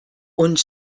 und